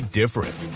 different